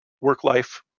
work-life